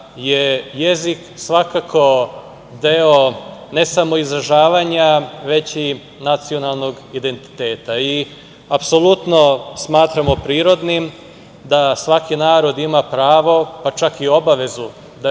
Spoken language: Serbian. je jezik svakako deo ne samo izražavanja, već i nacionalnog identiteta i apsolutno smatramo prirodnim da svaki narod ima pravo, pa čak i obavezu